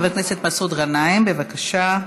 חבר הכנסת מסעוד גנאים, בבקשה.